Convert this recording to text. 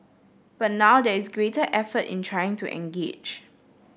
but now there is greater effort in trying to engage